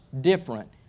different